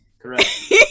correct